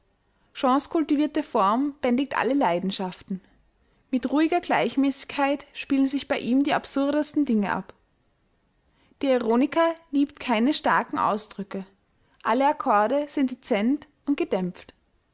shaws kultivierte form bändigt alle leidenschaften mit ruhiger gleichmäßigkeit spielen sich bei ihm die absurdesten dinge ab der ironiker liebt keine starken ausdrücke alle accorde sind decent und gedämpft